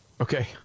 Okay